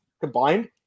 combined